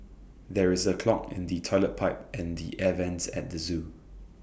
there is A clog in the Toilet Pipe and the air Vents at the Zoo